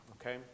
okay